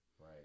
right